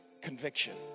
conviction